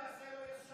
אתה עושה מעשה לא ישר,